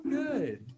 good